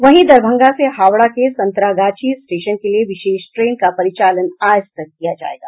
वहीं दरभंगा से हावडा के संतरागाछी स्टेशन के लिए विशेष ट्रेन का परिचालन आज तक किया जाएगा